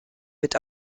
mit